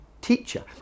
teacher